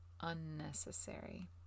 unnecessary